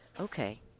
Okay